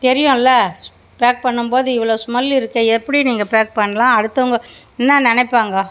தெரியுல்ல பேக் பண்ணும் போது இவ்வளோ ஸ்மெல் இருக்குது எப்படி நீங்கள் பேக் பண்லாம் அடுத்தவங்க என்ன நினைப்பாங்கோ